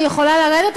אני יכולה לרדת,